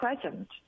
present